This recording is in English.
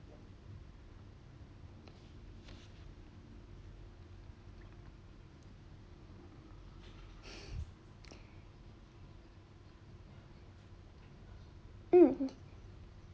mm